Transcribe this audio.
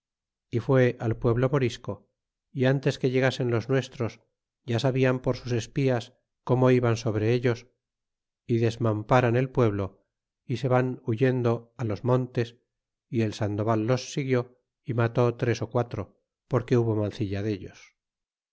y fue al pueblo morisco y ntes que llegasen los nuestros ya sabían por sus espias como iban sobre ellos y desmamparan el pueblo y se van huyendo á los montes y el sandoval los sigui y mató tres quatro porque hubo mancilla d ellos